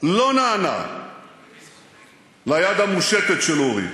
אבל מה לעשות, היריב לא נענה ליד המושטת של אורי.